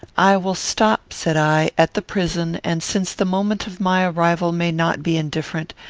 i will stop, said i, at the prison and, since the moment of my arrival may not be indifferent,